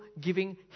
giving